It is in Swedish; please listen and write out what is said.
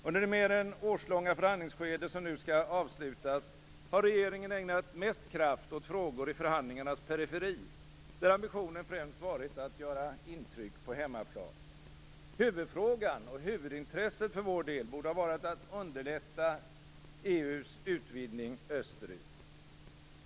Under det mer än årslånga förhandlingsskede som nu skall avslutas har regeringen ägnat mest kraft åt frågor i förhandlingarnas periferi, där ambitionen främst varit att göra intryck på hemmaplan. Huvudfrågan och huvudintresset för vår del borde ha varit att underlätta EU:s utvidgning österut.